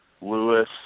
Lewis